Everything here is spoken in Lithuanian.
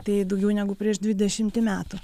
tai daugiau negu prieš dvidešimtį metų